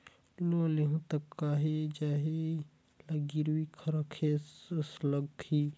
Loan लेहूं ता काहीं जाएत ला गिरवी रखेक लगही?